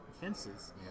fences